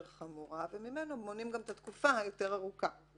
יותר וממנו מונים גם את התקופה הארוכה יותר.